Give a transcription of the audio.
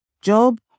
job